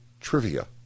trivia